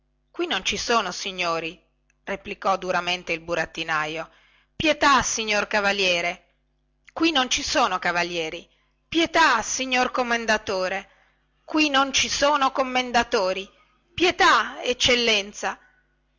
qui non ci son signori replicò duramente il burattinaio pietà signor cavaliere qui non ci son cavalieri pietà signor commendatore qui non ci son commendatori pietà eccellenza